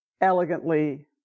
elegantly